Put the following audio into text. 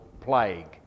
plague